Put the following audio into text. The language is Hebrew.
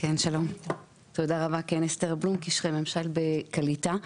שלום, אסתר בלום, קשרי ממשל בקליטה.